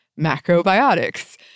macrobiotics